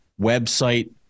website